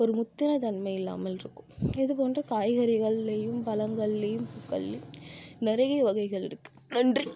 ஒரு முத்தின தன்மை இல்லாமல் இருக்கும் இது போன்ற காய்கறிகள்லேயும் பழங்கள்லேயும் நிறைய வகைகள் இருக்கு நன்றி